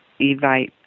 Evite